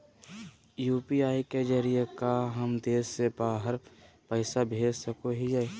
UPI के जरिए का हम देश से बाहर पैसा भेज सको हियय?